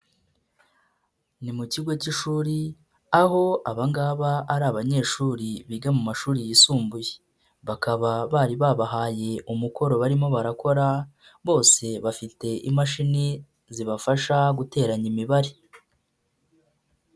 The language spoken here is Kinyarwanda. Ni mu kigo cy'ishuri aho aba ngaba ari abanyeshuri biga mu mashuri yisumbuye, bakaba bari babahaye umukoro barimo barakora, bose bafite imashini zibafasha guteranya imibare.